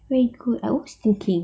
very good I was thinking